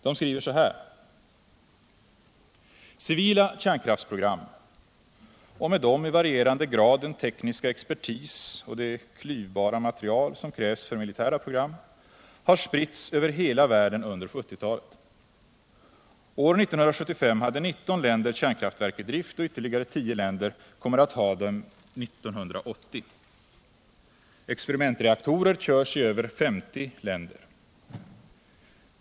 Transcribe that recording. De skriver så här: ”Civila kärnkraftprogram — och med dem i varierande grad den tekniska expertis och det klyvbara material som krävs för militära program — har spritts över hela världen under 1970-talet. År 1975 hade 19 länder kärnkraftverk i drift, och ytterligare 10 länder kommer att ha dem 1980. Experimentreaktorer körs i över 50 länder.